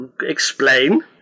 Explain